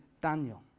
Daniel